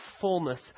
fullness